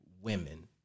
women